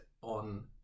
on